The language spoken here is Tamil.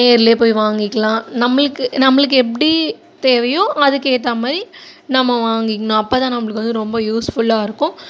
நேரிலே போய் வாங்கிக்கலாம் நம்மளுக்கு நம்மளுக்கு எப்படி தேவையோ அதுக்கேற்ற மாதிரி நம்ம வாங்கிக்கணும் அப்போதான் நம்மளுக்கு வந்து ரொம்ப யூஸ்ஃபுல்லாக இருக்கும்